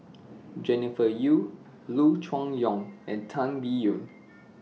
Jennifer Yeo Loo Choon Yong and Tan Biyun